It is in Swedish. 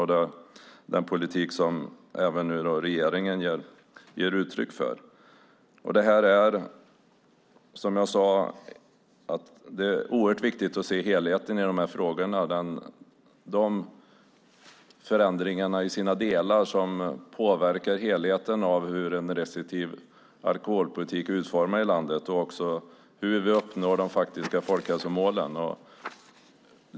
Det gäller även den politik som regeringen nu ger uttryck för. Som jag sade är det oerhört viktigt att se helheten i dessa frågor och de förändringar som i olika delar påverkar helheten i fråga om hur en restriktiv alkoholpolitik är utformad i landet och hur vi uppnår de faktiska folkhälsomålen.